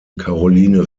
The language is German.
caroline